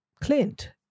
Clint